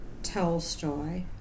Tolstoy